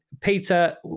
Peter